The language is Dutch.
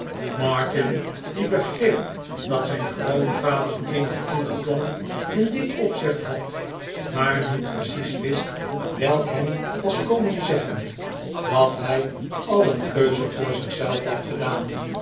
martin die begreep dat zijn grootyader een of ander plan in dit opzicht had maar niet precies wist welk hem was komen zeggen dat hij al een keuze voor zich zelf had gedaan